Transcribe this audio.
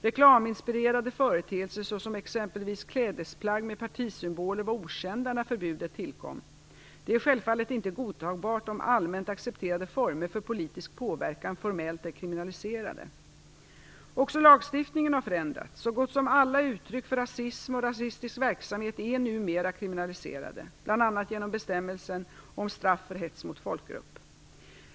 Reklaminspirerade företeelser såsom exempelvis klädesplagg med partisymboler var okända när förbudet tillkom. Det är självfallet inte godtagbart om allmänt accepterade former för politisk påverkan formellt är kriminaliserade. Också lagstiftningen har förändrats. Så gott som alla uttryck för rasism och rasistisk verksamhet är numera kriminaliserade, bl.a. genom bestämmelsen om straff för hets mot folkgrupp.